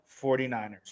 49ers